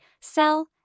sell